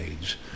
age